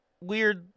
weird